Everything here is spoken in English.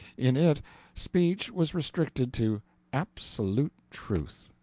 in it speech was restricted to absolute truth,